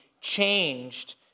changed